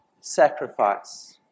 sacrifice